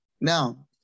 Now